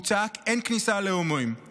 הוא צעק: 'אין כניסה להומואים!!!',